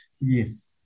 yes